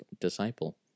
disciple